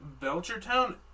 Belchertown